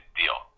deal